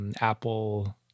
apple